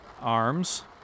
arms